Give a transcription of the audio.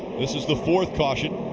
this is the fourth caution.